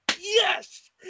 Yes